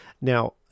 Now